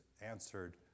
answered